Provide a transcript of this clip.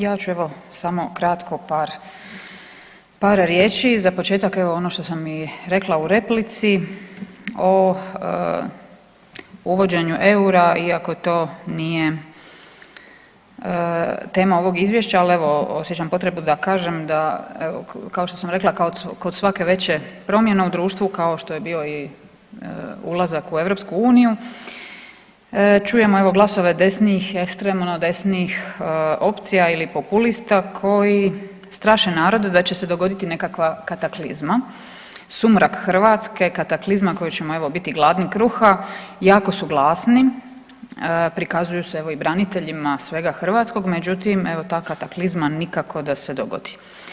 Ja ću evo, samo kratko par riječi, za početak ono što sam i rekla u replici, o uvođenju eura iako to nije tema ovog Izvješća, ali evo, osjećam potrebu da kažem da evo, kao što sam rekla, kod svake veće promjene u društvu kao što je bio i ulazak u EU, čujemo evo, glasove desnih, ekstremno desnih opcija ili populista koji straše narod da će se dogoditi nekakva kataklizma, sumrak Hrvatske, kataklizma koja ćemo evo, biti gladni kruha, jako su glasni, prikazuju se evo, i branitelja svega hrvatskog, međutim, evo, ta kataklizma nikako da se dogodi.